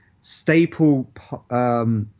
staple